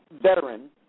veteran